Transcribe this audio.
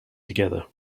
together